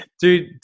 dude